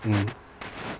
mm